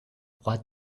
what